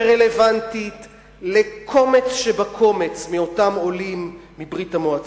שרלוונטית לקומץ שבקומץ מאותם עולים מברית-המועצות,